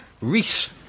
Reese